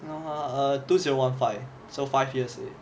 ah err two zero one five so five years old